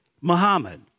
Muhammad